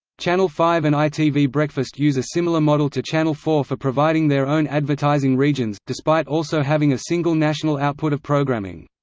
channel five and itv breakfast use a similar model to channel four for providing their own advertising regions, despite also having a single national output of programming.